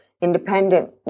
independent